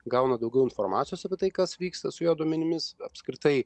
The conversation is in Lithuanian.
gauna daugiau informacijos apie tai kas vyksta su jo duomenimis apskritai